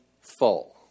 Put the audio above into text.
full